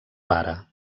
pare